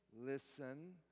listen